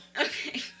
Okay